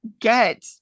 get